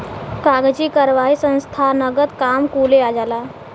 कागजी कारवाही संस्थानगत काम कुले आ जाला